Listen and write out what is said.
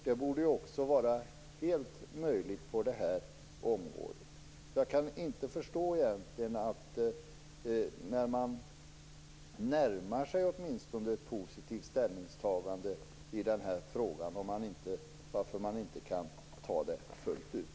Det borde också vara helt möjligt på det här området. Jag kan egentligen inte förstå varför man, när man åtminstone närmar sig ett positivt ställningstagande i den här frågan, inte kan ta steget fullt ut.